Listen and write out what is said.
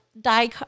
die